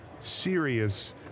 serious